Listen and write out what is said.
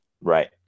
right